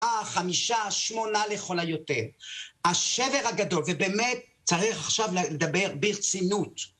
החמישה, השמונה, לכל היותר. השבר הגדול, ובאמת, צריך עכשיו לדבר ברצינות.